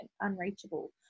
unreachable